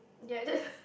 gather